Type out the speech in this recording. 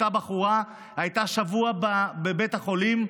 אותה בחורה הייתה שבוע בבית החולים.